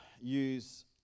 use